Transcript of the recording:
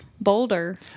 Boulder